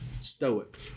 stoic